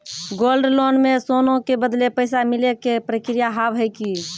Gold loan मे सोना के बदले पैसा मिले के प्रक्रिया हाव है की?